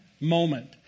moment